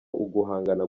uguhangana